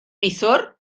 neithiwr